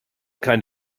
kind